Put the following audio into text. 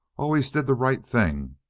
always did the right thing.